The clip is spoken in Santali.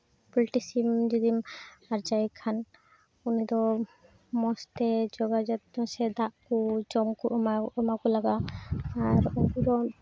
ᱯᱳᱞᱴᱤ ᱥᱤᱢ ᱡᱩᱫᱤᱢ ᱟᱨᱡᱟᱣᱮ ᱠᱷᱟᱱ ᱩᱱᱤ ᱫᱚ ᱢᱚᱡᱽ ᱛᱮ ᱡᱚᱜᱟᱣ ᱡᱚᱛᱚᱱ ᱥᱮ ᱫᱟᱜ ᱠᱚ ᱮᱢᱟ ᱮᱢᱟ ᱠᱚ ᱞᱟᱜᱟᱜᱼᱟ ᱟᱨ ᱩᱱᱠᱩ ᱫᱚ